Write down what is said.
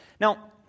Now